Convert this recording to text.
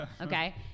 Okay